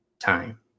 time